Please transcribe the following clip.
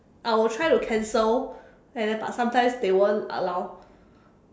I will try to cancel and then but sometimes they won't allow